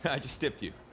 i just tipped you.